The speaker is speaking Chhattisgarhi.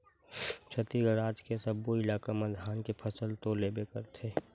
छत्तीसगढ़ राज के सब्बो इलाका म धान के फसल तो लेबे करथे